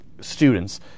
students